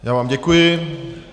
Já vám děkuji.